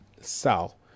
SAL